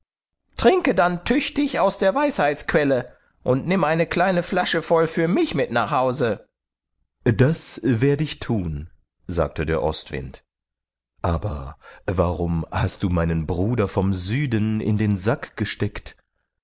trinke dann tüchtig aus der weisheitsquelle und nimm eine kleine flasche voll für mich mit nach hause das werde ich thun sagte der ostwind aber warum hast du meinen bruder vom süden in den sack gesteckt